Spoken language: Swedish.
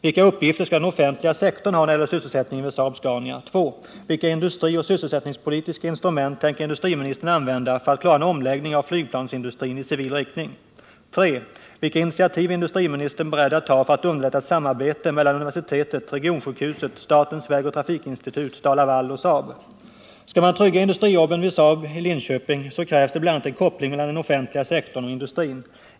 Vilka uppgifter skall den offentliga sektorn ha, när det gäller sysselsättningen vid Saab-Scania? 3. Vilka initiativ är industriministern beredd att ta för att underlätta ett samarbete mellan universitetet, regionsjukhuset, statens vägoch trafikinstitut, STAL-LAVAL och Saab? Skall man trygga industrijobben vid Saab-Scania i Linköping så krävs det bl.a. en koppling mellan den offentliga sektorn och industrin.